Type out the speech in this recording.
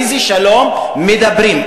על איזה שלום מדברים?